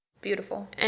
Beautiful